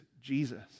Jesus